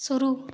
शुरू